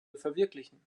verwirklichen